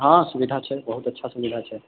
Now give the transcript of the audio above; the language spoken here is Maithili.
हँ सुविधा छै बहुत अच्छा सुविधा छै